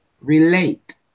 relate